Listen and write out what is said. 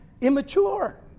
immature